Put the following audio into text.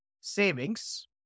savings